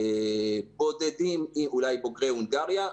בודדים אולי בוגרי הונגריה,